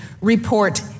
report